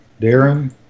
Darren